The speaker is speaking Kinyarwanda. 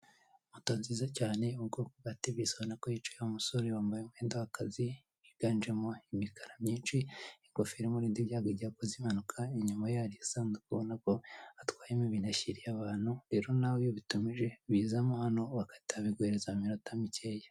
Moto nziza cyane iri mu bwoko bwa tevesi ubona ko yicayeho umusore wambaye imyenda y'akazi higanjemo imikara myinshi ingofero imurinda ibyago iyo akoze impanuka inyuma ye hari isanduku ubona ko atwayemo ibintu ashiriye abantu rero nawe bitabujije kuzamo hano bahita babiguhereza mu minota mikeya.